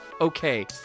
okay